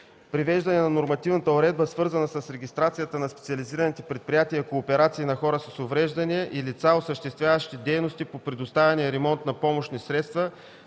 привеждане на нормативната уредба, свързана с регистрацията на специализираните предприятия и кооперации на хората с увреждания и лицата, осъществяващи дейности по предоставяне и ремонт на помощни средства,